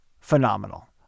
phenomenal